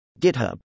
github